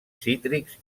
cítrics